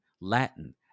Latin